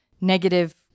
negative